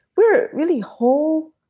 we're really whole,